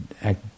act